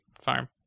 farm